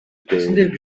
дээ